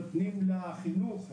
נותנים לחינוך,